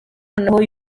noneho